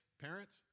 parents